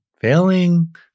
failing